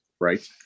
right